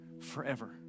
forever